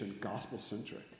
gospel-centric